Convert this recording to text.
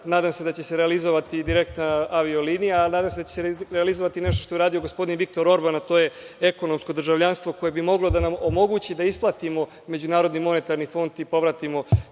Nadam se da će se realizovati direktna avio linija. Nadam se da će se realizovati nešto što je uradio gospodin Viktor Orban, a to je ekonomsko državljanstvo koje bi moglo da nam omogući da isplatimo MMF i povratimo